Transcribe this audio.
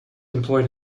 employed